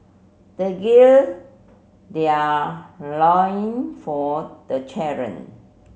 they gird their loin for the challenge